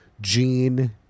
Gene